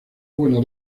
buena